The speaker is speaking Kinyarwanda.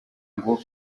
ngo